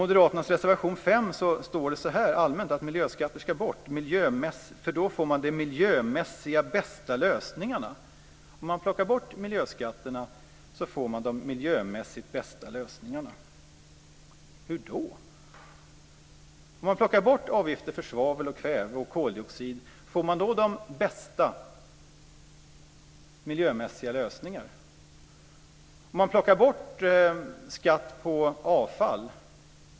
I Moderaternas reservation 5 står det allmänt att miljöskatter ska bort - för då får man de miljömässigt bästa lösningarna! Hur då?